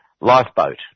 lifeboat